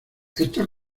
estas